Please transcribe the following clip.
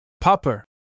Popper